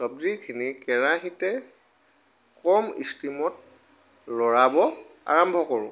চবজিখিনি কেৰাহীতে কম ষ্টিমত লৰাব আৰম্ভ কৰোঁ